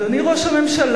אדוני ראש הממשלה,